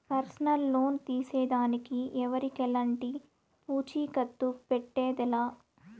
personal loan తీసేదానికి ఎవరికెలంటి పూచీకత్తు పెట్టేదె లా